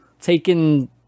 taken